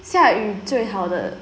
下雨最好的